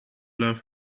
love